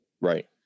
Right